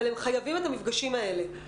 אבל הם חייבים את המפגשים האלה.